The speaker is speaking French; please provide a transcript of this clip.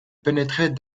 pénétrait